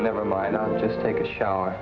never mind i'll just take a shower